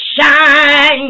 shine